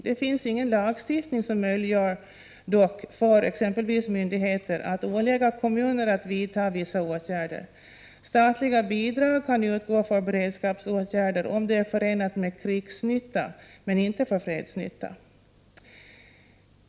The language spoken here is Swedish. Det finns ingen lagstiftning som möjliggör för exempelvis myndigheter att ålägga kommuner att vidta vissa åtgärder. Statliga bidrag kan utgå för beredskapsåtgärder om det är förenat med krigsnytta, men inte för fredsnytta.